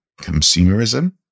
consumerism